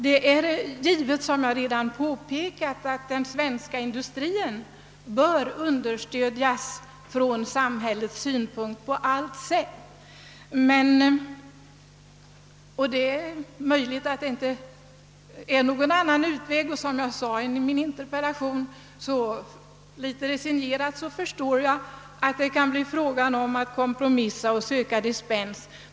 Det är, som jag redan påpekat, givet att den svenska industrien på allt sätt bör understödjas från samhällets sida. Det är möjligt att det därvid under övergångstiden ej finns någon annan utväg än den jag lite resignerad anförde i min interpellation — nämligen att kompromissa och söka dispens.